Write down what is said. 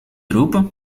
roepen